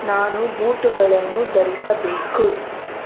ನಾನು ಬೂಟುಗಳನ್ನು ಧರಿಸಬೇಕು